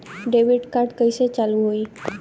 Debit card कइसे चालू होई?